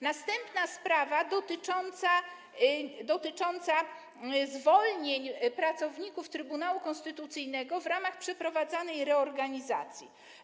Następna sprawa dotyczy zwolnień pracowników Trybunału Konstytucyjnego w ramach przeprowadzanej reorganizacji.